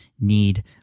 need